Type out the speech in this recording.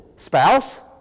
spouse